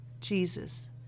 Jesus